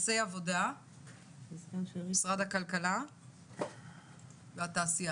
משרד הכלכלה והתעשייה.